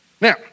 Now